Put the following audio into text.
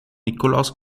nikolaus